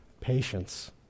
patience